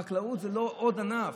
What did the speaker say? חקלאות זה לא עוד ענף.